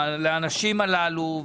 לאנשים האלו.